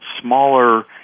smaller